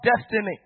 destiny